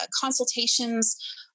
consultations